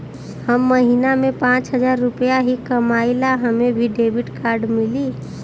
हम महीना में पाँच हजार रुपया ही कमाई ला हमे भी डेबिट कार्ड मिली?